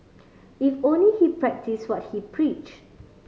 if only he practise what he preach